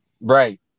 Right